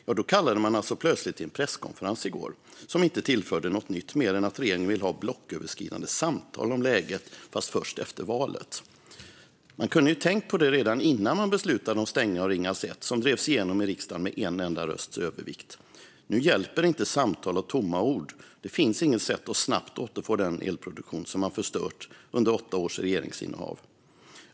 Man kallade alltså i går plötsligt till en presskonferens, som dock inte tillförde något nytt mer än att regeringen vill ha blocköverskridande samtal om läget, fast först efter valet. Man kunde ju ha tänkt på det redan innan man beslutade om stängningen av Ringhals 1, en stängning som drevs igenom i riksdagen med en enda rösts övervikt. Nu hjälper inte samtal och tomma ord. Det finns inget sätt att snabbt återfå den elproduktion som man förstört under åtta års regeringsinnehav.